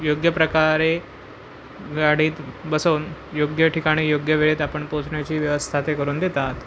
योग्य प्रकारे गाडीत बसवून योग्य ठिकाणी योग्य वेळेत आपण पोचण्याची व्यवस्था ते करून देतात